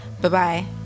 Bye-bye